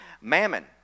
mammon